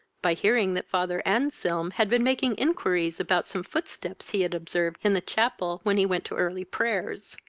by hearing that father anselm had been making inquiries about some footsteps he had observed in the chapel when he went to early prayers.